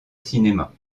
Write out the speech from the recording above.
cinéma